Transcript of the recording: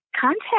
contact